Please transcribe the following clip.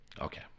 okay